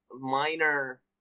minor